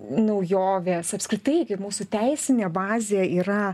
naujovės apskritai kaip mūsų teisinė bazė yra